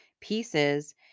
pieces